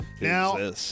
now